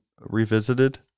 Revisited